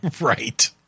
Right